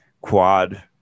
quad